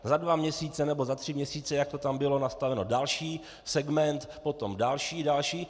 Za dva měsíce nebo za tři měsíce, jak to tam bylo nastaveno, další segment, potom další, další.